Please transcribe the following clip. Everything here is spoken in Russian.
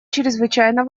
чрезвычайно